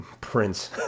prince